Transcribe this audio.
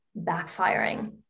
backfiring